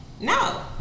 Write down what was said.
no